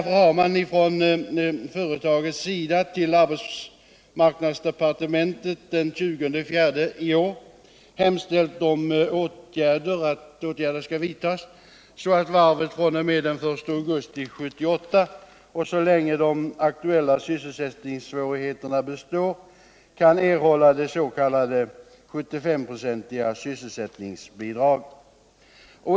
Från företagets sida har man till arbetsmarknadsdepartementet den 20 april i år hemställt om att åtgärder skall vidtas så att varvet fr.o.m. den 1 augusti 1978 och så länge de aktuella sysselsättningssvårigheterna består kan erhålla det s.k. 75-procentiga sysselsättningsbidraget.